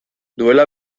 duela